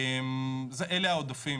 אלה העודפים.